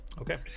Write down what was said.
Okay